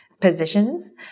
positions